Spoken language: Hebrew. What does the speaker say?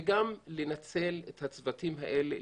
וגם לנצל את הצוותים האלה.